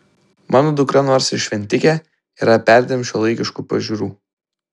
mano dukra nors ir šventikė yra perdėm šiuolaikiškų pažiūrų